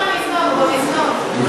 במזנון, הוא במזנון.